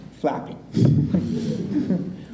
flapping